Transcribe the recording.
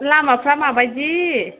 लामाफ्रा माबायदि